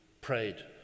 prayed